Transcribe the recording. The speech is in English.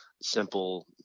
simple